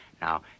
Now